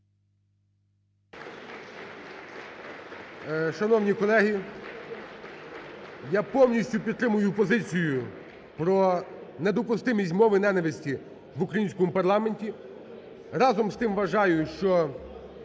Шановні колеги, я повністю підтримую позицію про недопустимість мови ненависті в українському парламенті. Разом з тим, вважаю, що